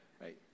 right